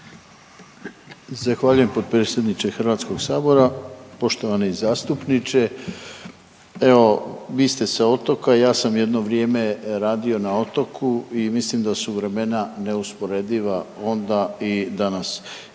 Zahvaljujem potpredsjedniče HS. Poštovani zastupniče, evo vi ste s otoka i ja sam jedno vrijeme radio na otoku i mislim da su vremena neusporediva onda i danas.